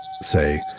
say